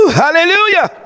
hallelujah